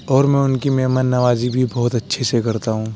اور میں ان کی مہمان نوازی بھی بہت اچھے سے کرتا ہوں